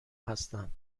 هستند